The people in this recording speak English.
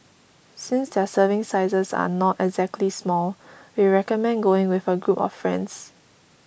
since their serving sizes are not exactly small we recommend going with a group of friends